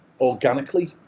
organically